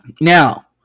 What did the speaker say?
now